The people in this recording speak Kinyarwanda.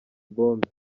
bombe